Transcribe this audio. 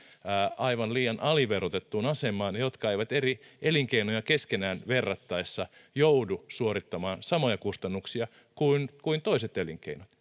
aivan liian aliverotettuun asemaan ja jotka eivät elinkeinoja keskenään verrattaessa joudu suorittamaan samoja kustannuksia kuin kuin toiset elinkeinot